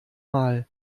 mal